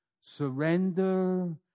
Surrender